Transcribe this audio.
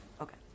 Okay